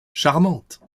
charmante